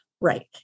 Right